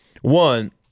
one